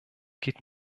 geht